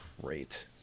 great